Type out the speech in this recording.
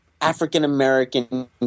African-American